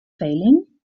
failing